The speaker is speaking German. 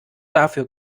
dafür